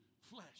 flesh